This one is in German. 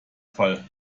fall